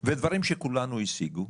ודברים שכולנו השיגו,